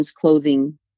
clothing